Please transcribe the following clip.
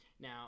Now